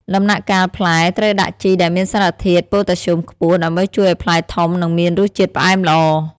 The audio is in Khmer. ដំណាក់កាលផ្លែ ត្រូវដាក់ជីដែលមានសារធាតុ ប៉ូតាស្យូមខ្ពស់ ដើម្បីជួយឱ្យផ្លែធំ និងមានរសជាតិផ្អែមល្អ។